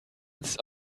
its